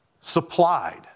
supplied